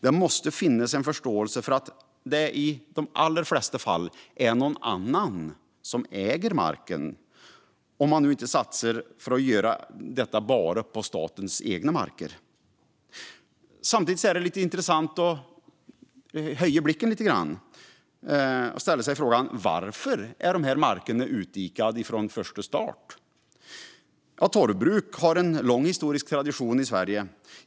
Det måste finnas en förståelse för att det i de allra flesta fall är någon annan som äger marken, om man nu inte satsar på att göra det bara på statens egna marker. Samtidigt är det intressant att höja blicken lite grann. Man kan ställa sig frågan: Varför markerna är utdikade från start? Torvbruk har en lång historisk tradition i Sverige.